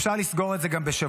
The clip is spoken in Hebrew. אפשר לסגור את זה גם בשבוע,